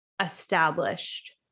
established